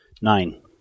Nine